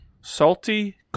salty